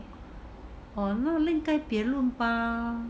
oh 那令该别论吧